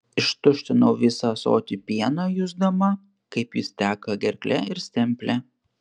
ištuštinau visą ąsotį pieno jusdama kaip jis teka gerkle ir stemple